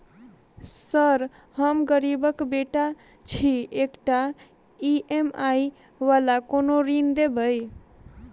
Sir हम गरीबक बेटा छी एकटा ई.एम.आई वला कोनो ऋण देबै?